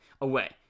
away